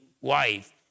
wife